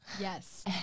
Yes